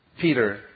Peter